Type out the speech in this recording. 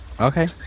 Okay